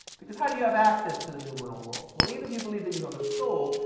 because how do you have access to the nominal world? well even if you believe that you have a soul,